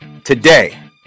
today